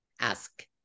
ask